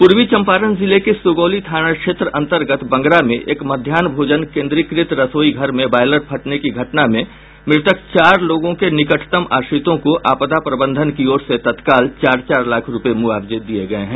पूर्वी चंपारण जिले के सुगौली थाना क्षेत्र अन्तर्गत बंगरा में एक मध्याहन भोजन केन्द्रीकृत रसोई घर में बॉयलर फटने की घटना में मृतक चार लोगों के निकटतम आश्रितों को आपदा प्रबंधन की ओर से तत्काल चार चार लाख रूपये मुआवजा दिया गया है